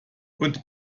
und